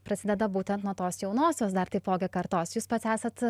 prasideda būtent nuo tos jaunosios dar taipogi kartos jūs pats esat